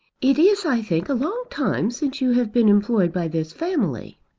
it is i think a long time since you have been employed by this family.